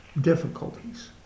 difficulties